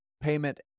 payment